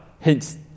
Hence